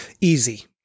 easy